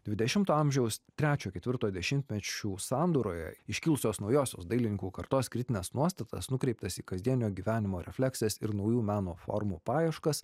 dvidešimto amžiaus trečio ketvirto dešimtmečių sandūroje iškilusios naujosios dailininkų kartos kritines nuostatas nukreiptas į kasdienio gyvenimo refleksijas ir naujų meno formų paieškas